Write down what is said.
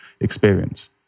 experience